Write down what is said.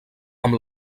amb